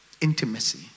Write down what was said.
intimacy